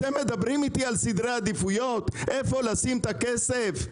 אתם מדברים איתי על סדרי עדיפויות איפה לשים את הכסף.